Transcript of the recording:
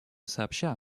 сообща